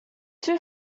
two